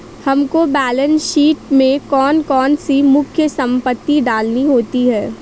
हमको balance sheet में कौन कौन सी मुख्य संपत्ति डालनी होती है?